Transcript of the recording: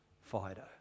Fido